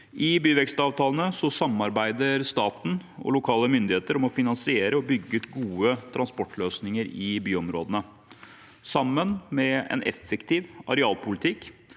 I byvekstavtalene samarbeider staten og lokale myndigheter om å finansiere og bygge ut gode transportløsninger i byområdene. Sammen med en effektiv arealpolitikk